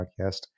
Podcast